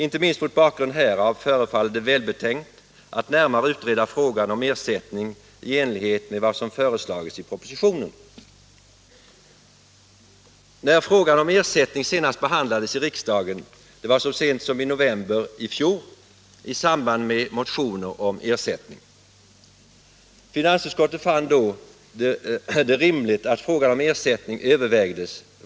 Inte minst mot bakgrunden härav förefaller det välbetänkt att närmare utreda frågan om ersättning i enlighet med vad som föreslagits i propositionen. När frågan om ersättning senast behandlades i riksdagen — det var så sent som i november i fjol i samband med motioner om ersättning —- fann finansutskottet det rimligt att frågan om ersättning övervägdes.